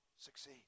succeed